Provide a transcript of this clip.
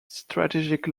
strategic